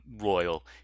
royal